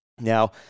Now